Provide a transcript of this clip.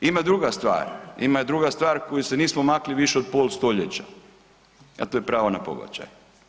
Ima druga stvar, ima druga stvar koju se nismo makli više od pol stoljeća, a to je pravo na pobačaj.